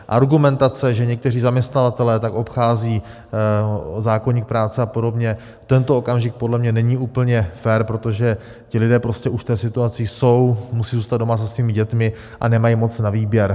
Argumentace, že někteří zaměstnavatelé tak obcházejí zákoník práce a podobně, v tento okamžik podle mě není úplně fér, protože ti lidé už prostě v té situaci jsou, musejí zůstat doma se svými dětmi a nemají moc na výběr.